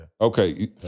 Okay